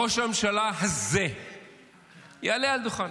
ראש הממשלה הזה יעלה על דוכן,